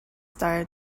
star